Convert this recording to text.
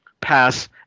pass